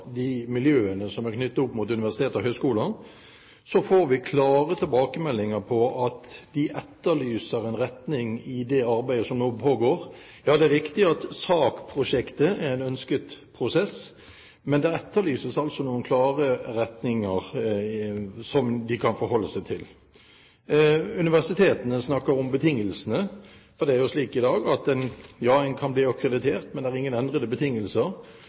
opp mot universitet og høyskoler, får vi tilbakemeldinger om at de etterlyser en klar retning i det arbeidet som nå pågår. Ja, det er riktig at SAK-prosjektet er en ønsket prosess, men det etterlyses altså noen klare retninger som de kan forholde seg til. Universitetene snakker om betingelsene. I dag er det jo slik at en kan bli akkreditert, men det er ingen endrede betingelser.